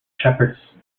shepherds